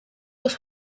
los